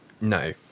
No